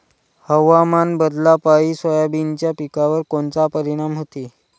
हवामान बदलापायी सोयाबीनच्या पिकावर कोनचा परिणाम होते?